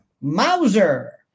Mauser